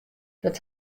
dat